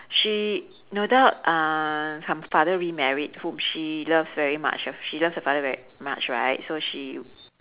she no doubt uh her father remarried whom she loves very much uh she love her father very much right so she